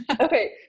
Okay